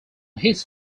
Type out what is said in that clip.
his